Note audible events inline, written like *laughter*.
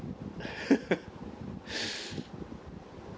*laughs* *breath*